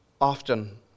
often